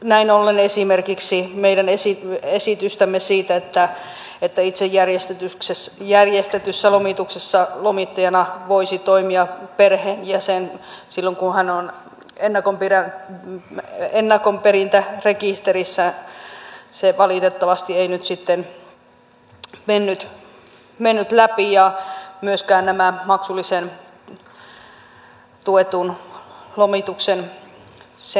näin ollen esimerkiksi meidän esityksemme siitä että itse järjestetyssä lomituksessa lomittajana voisi toimia perheenjäsen silloin kun hän on ennakkoperintärekisterissä valitettavasti ei nyt sitten mennyt läpi eikä myöskään tämä maksullisen tuetun lomituksen nosto